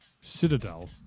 Citadel